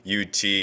UT